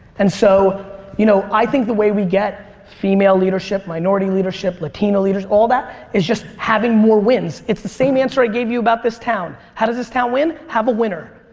and so you know i think the way we get female leadership, minority leadership, latino leadership, all that is just having more wins. it's the same answer i gave you about this town. how does this town win? have a winner.